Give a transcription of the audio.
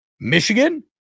Michigan